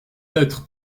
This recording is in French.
être